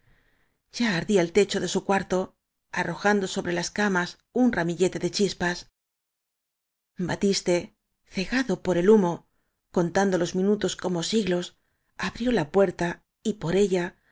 ardía el techo de su cuarto arrojando sobre las camas un rami llete de chispas batiste cegado por el humo contando los minutos como siglos abrió la puerta y por ella